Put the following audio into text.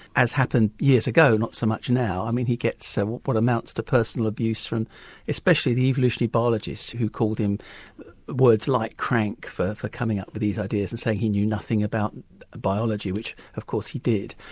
as happened years ago, not so much now. i mean, he gets so what amounts to personal abuse from especially the evolutionary biologists who called him words like crank for for coming up with these ideas and saying he knew nothing about biology, which of course he did.